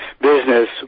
business